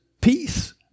peace